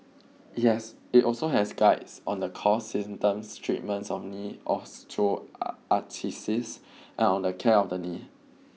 it also has guides on the cause symptoms treatment of knee osteoarthritis and on the care of the knee